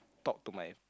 talk to my